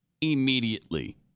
immediately